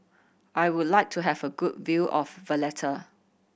I would like to have a good view of Valletta